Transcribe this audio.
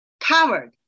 covered